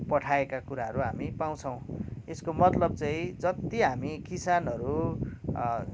पठाएका कुराहरू हामी पाउँछौँ यसको मतलब चाहिँ जति हामी किसानहरू